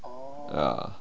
ya